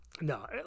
No